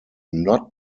not